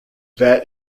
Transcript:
that